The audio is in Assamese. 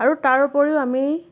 আৰু তাৰোপৰিও আমি